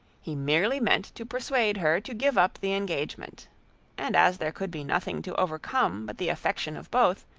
he merely meant to persuade her to give up the engagement and as there could be nothing to overcome but the affection of both,